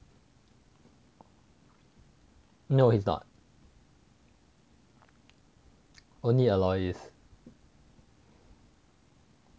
no he is not only aloy is